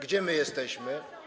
Gdzie my jesteśmy?